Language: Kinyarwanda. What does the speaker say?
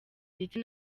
ndetse